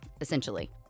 essentially